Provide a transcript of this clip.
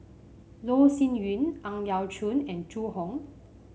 Loh Sin Yun Ang Yau Choon and Zhu Hong